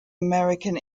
american